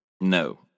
No